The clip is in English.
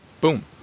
Boom